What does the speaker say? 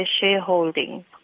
shareholding